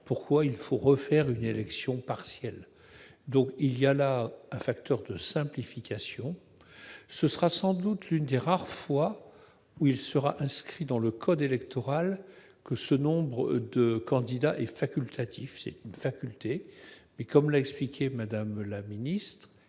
pourquoi il faut refaire une élection partielle. Le dispositif proposé est donc un facteur de simplification. Ce sera sans doute l'une des rares fois où il sera inscrit dans le code électoral que le nombre de candidats est facultatif. Comme l'a expliqué Mme la ministre,